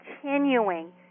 continuing